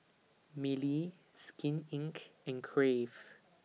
Mili Skin Inc and Crave